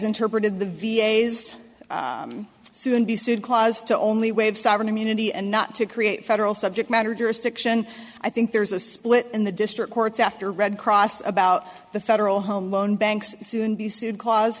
interpreted the v a s soon be sued clause to only wave sovereign immunity and not to create federal subject matter jurisdiction i think there's a split in the district courts after red cross about the federal home loan banks soon be sued